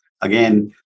again